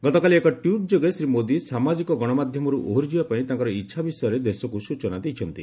ଗତକାଲି ଏକ ଟ୍ୱିଟ୍ ଯୋଗେ ଶ୍ରୀ ମୋଦୀ ସାମାଜିକ ଗଣମାଧ୍ୟମରୁ ଓହରି ଯିବା ପାଇଁ ତାଙ୍କର ଇଚ୍ଛା ବିଷୟରେ ଦେଶକୁ ସୂଚନା ଦେଇଛନ୍ତି